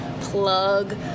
plug